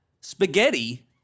Spaghetti